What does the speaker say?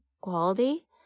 quality